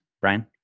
Brian